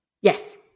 Yes